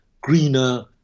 greener